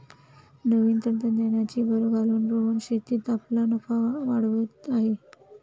नवीन तंत्रज्ञानाची भर घालून रोहन शेतीत आपला नफा वाढवत आहे